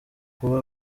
kuba